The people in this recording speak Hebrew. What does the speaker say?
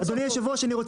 לא צריך חוק.